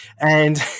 And-